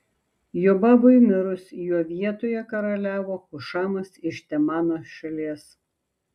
jobabui mirus jo vietoje karaliavo hušamas iš temano šalies